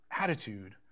attitude